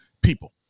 People